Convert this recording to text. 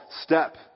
step